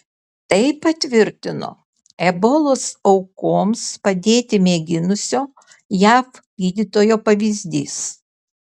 tai patvirtino ebolos aukoms padėti mėginusio jav gydytojo pavyzdys